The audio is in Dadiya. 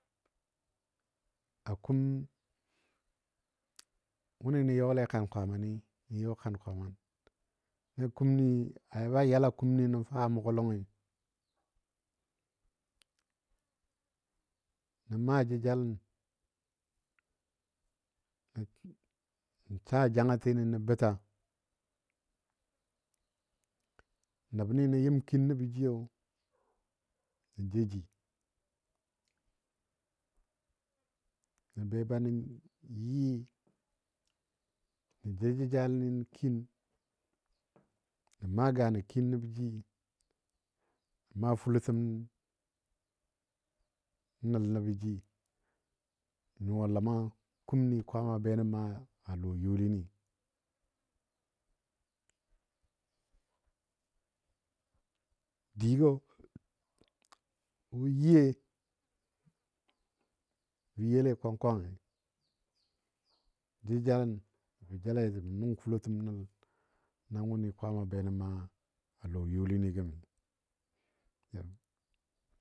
A kum wʊni nə yɔle a kan Kwaamani nə you kan kwaaman na kumni a ba yal a kumni nə fa mʊgɔ lɔngi nə ma jəjalən nə saa jangatinɔ nə beta nəbni nə yɨm kin nəbə jiyo nə jou ji nə be ba nə yɨ nə ja jəjalenni kin nə maa gano kin nəbo ji nə maa fulotəm nəl nəbo ji. Nyuwa ləma kumni Kwaama be nən mə a lɔ youlini. Digo ye bə yele kwang kwangi jəjalən nəbə jalei səbɔ nʊng fulotəm nəl na wʊni kwaama be nən mə a lɔ youli ni gəmi.